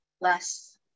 less